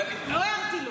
רק עזרתי לו, לא הערתי לו.